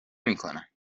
میکنم